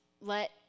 let